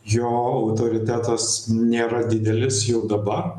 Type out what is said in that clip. jo autoritetas nėra didelis jau dabar